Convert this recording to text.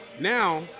now